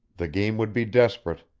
the game would be desperate.